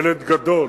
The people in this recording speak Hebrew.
ילד גדול,